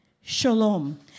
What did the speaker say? shalom